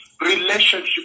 relationship